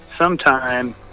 sometime